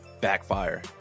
backfire